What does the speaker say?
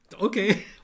Okay